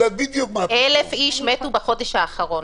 בחודש האחרון.